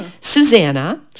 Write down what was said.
Susanna